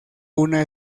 una